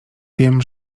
wiem